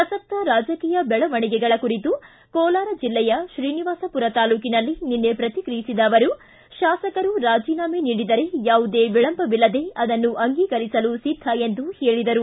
ಪ್ರಸಕ್ತ ರಾಜಕೀಯ ದೆಳವಣಿಗೆಗಳ ಕುರಿತು ಕೋಲಾರ ಜಿಲ್ಲೆಯ ಶ್ರೀನಿವಾಸಪುರ ತಾಲೂಕಿನಲ್ಲಿ ನಿನ್ನೆ ಪ್ರತಿಕ್ರಿಯಿಸಿದ ಅವರು ಶಾಸಕರು ರಾಜೀನಾಮೆ ನೀಡಿದರೆ ಯಾವುದೇ ವಿಳಂಬವಿಲ್ಲದೇ ಅದನ್ನು ಅಂಗೀಕರಿಸಲು ಸಿದ್ದ ಎಂದು ಹೇಳಿದರು